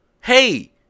Hey